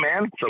man